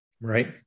right